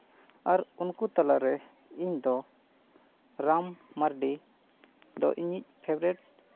ᱟᱨ ᱩᱱᱠᱩ ᱛᱟᱞᱟᱨᱮ ᱤᱧᱫᱚ ᱨᱟᱢ ᱢᱟᱨᱰᱤ ᱫᱤ ᱤᱧᱤᱡ ᱯᱷᱮᱵᱽᱨᱤᱴ